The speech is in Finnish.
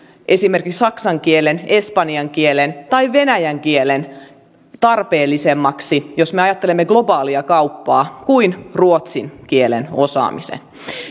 esimerkiksi saksan kielen espanjan kielen tai venäjän kielen tarpeellisemmaksi jos me ajattelemme globaalia kauppaa kuin ruotsin kielen osaamisen